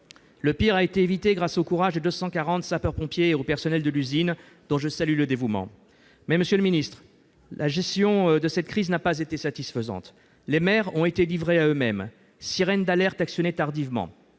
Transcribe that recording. Le pire a été évité grâce au courage de 240 sapeurs-pompiers et au personnel de l'usine, dont je salue le dévouement. Mais, monsieur le Premier ministre, la gestion de cette crise n'a pas été satisfaisante. Les maires ont été livrés à eux-mêmes : sirènes d'alerte actionnées tardivement,